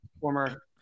former